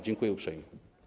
Dziękuję uprzejmie.